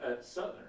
southern